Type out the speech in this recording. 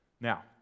Now